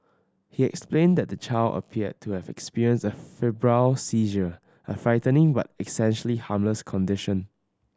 he explained that the child appeared to have experienced a febrile seizure a frightening but essentially harmless condition